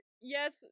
yes